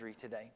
today